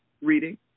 reading